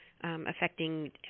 affecting